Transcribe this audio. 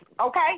Okay